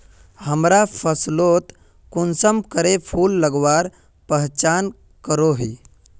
हमरा फसलोत कुंसम करे फूल लगवार पहचान करो ही?